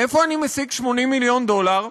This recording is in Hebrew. מאיפה אני משיג 80 מיליון דולר?